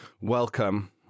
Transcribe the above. welcome